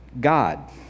God